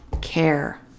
care